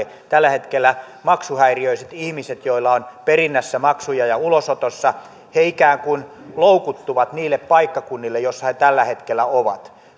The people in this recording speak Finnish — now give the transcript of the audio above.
tällä hetkellä maksuhäiriöiset ihmiset joilla on perinnässä ja ulosotossa maksuja ikään kuin loukuttuvat niille paikkakunnille joilla he tällä hetkellä ovat